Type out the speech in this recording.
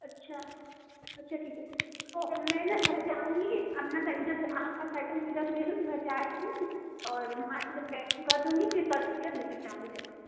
अच्छा अच्छा ठीक है तो मैं न घर जाऊँगी अपना मतलब आपका साइकल अभी रख दे रही हूँ घर जा रही हूँ और वहाँ से जब पेमेंट कर दूँगी फिर कल आकर लेकर जाऊँगी साइकल